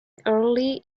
early